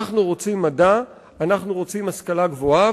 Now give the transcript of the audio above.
אנחנו רוצים מדע, אנחנו רוצים השכלה גבוהה.